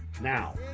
Now